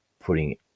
putting